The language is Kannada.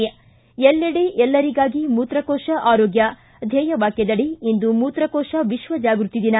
ಿ ಎಲ್ಲೆಡೆ ಎಲ್ಲರಿಗಾಗಿ ಮೂತ್ರಕೋಶ ಆರೋಗ್ಯ ಧ್ಯೇಯ ವಾಕ್ಕದಡಿ ಇಂದು ಮೂತ್ರಕೋಶ ವಿಶ್ವ ಜಾಗೃತಿ ದಿನ